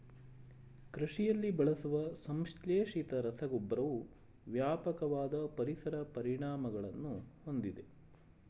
ಕೃಷಿಯಲ್ಲಿ ಬಳಸುವ ಸಂಶ್ಲೇಷಿತ ರಸಗೊಬ್ಬರವು ವ್ಯಾಪಕವಾದ ಪರಿಸರ ಪರಿಣಾಮಗಳನ್ನು ಹೊಂದಿದೆ